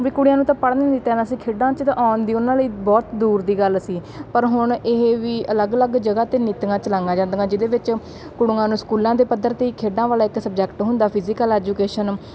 ਵੀ ਕੁੜੀਆਂ ਨੂੰ ਤਾਂ ਪੜ੍ਹਨ ਨਹੀਂ ਦਿੱਤਾ ਜਾਂਦਾ ਸੀ ਖੇਡਾਂ 'ਚ ਤਾਂ ਆਉਣ ਦੀ ਉਹਨਾਂ ਲਈ ਬਹੁਤ ਦੂਰ ਦੀ ਗੱਲ ਸੀ ਪਰ ਹੁਣ ਇਹ ਵੀ ਅਲੱਗ ਅਲੱਗ ਜਗ੍ਹਾ 'ਤੇ ਨੀਤੀਆਂ ਚਲਾਈਆਂ ਜਾਂਦੀਆਂ ਜਿਹਦੇ ਵਿੱਚ ਕੁੜੀਆਂ ਨੂੰ ਸਕੂਲਾਂ ਦੇ ਪੱਧਰ 'ਤੇ ਹੀ ਖੇਡਾਂ ਵਾਲਾ ਇੱਕ ਸਬਜੈਕਟ ਹੁੰਦਾ ਫਿਜੀਕਲ ਐਜੂਕੇਸ਼ਨ